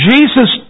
Jesus